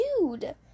dude